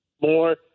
more